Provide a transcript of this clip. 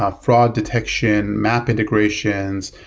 ah fraud detection, map integrations,